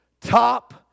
top